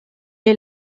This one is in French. est